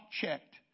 checked